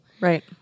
Right